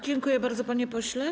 Dziękuję bardzo, panie pośle.